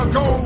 go